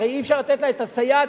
הרי אי-אפשר לתת לה את הסייעת,